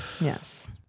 yes